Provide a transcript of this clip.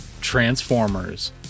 Transformers